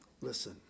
listen